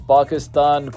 Pakistan